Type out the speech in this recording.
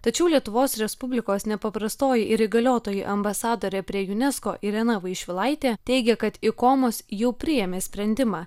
tačiau lietuvos respublikos nepaprastoji ir įgaliotoji ambasadorė prie unesco irena vaišvilaitė teigia kad ikomos jau priėmė sprendimą